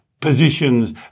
positions